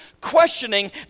questioning